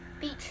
Beach